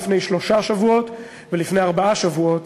לפני שלושה שבועות ולפני ארבעה שבועות,